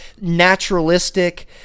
naturalistic